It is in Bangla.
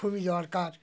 খুবই দরকার